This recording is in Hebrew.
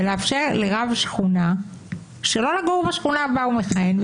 ולאפשר לרב שכונה שלא לגור בשכונה שבה הוא מכהן.